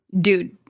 dude